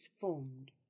formed